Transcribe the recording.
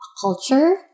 culture